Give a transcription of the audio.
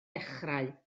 dechrau